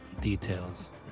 details